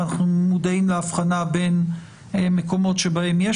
ואנחנו מודעים להבחנה בין מקומות שבהם יש